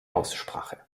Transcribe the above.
aussprache